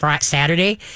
Saturday